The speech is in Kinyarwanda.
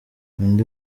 undi